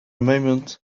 moment